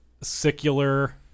secular